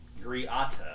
Griata